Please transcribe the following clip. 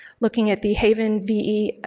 looking at the haven ve,